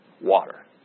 water